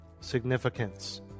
significance